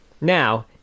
Now